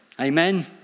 Amen